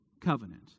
covenant